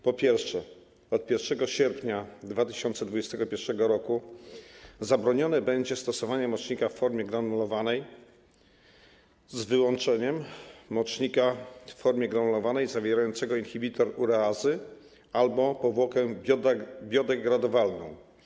Po pierwsze, od 1 sierpnia 2021 r. zabronione będzie stosowanie mocznika w formie granulowanej, z wyłączeniem mocznika w formie granulowanej zawierającego inhibitor ureazy albo powłokę biodegradowalną.